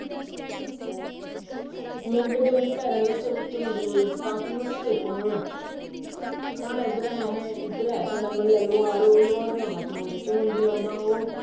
लोक केह् करदे ओहदे पेरे थल्ले चमुदी लुआई ओड़दे ताकि ओह् स्पिप ना होऐ साढे़ उद्धर इधर ऐ साढ़े म्ह्ल्ले लुहार ओह ओह् लुहार लांदा चमुदी लांदा ओह